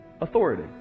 authority